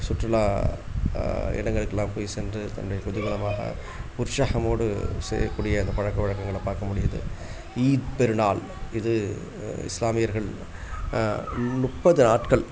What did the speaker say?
சுற்றுலா இடங்களுக்குல்லாம் போய் சென்று தங்கி குதூகலமாக உற்சாகமோடு செய்யக்கூடிய அந்தப் பழக்கவழக்கங்கள பார்க்க முடியுது ஈத் பெருநாள் இது இஸ்லாமியர்கள் முப்பது நாட்கள்